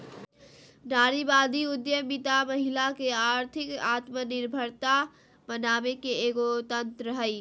नारीवादी उद्यमितामहिला के आर्थिक आत्मनिर्भरता बनाबे के एगो तंत्र हइ